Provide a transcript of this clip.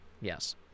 Yes